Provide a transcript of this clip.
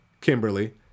Kimberly